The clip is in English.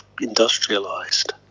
industrialized